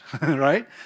right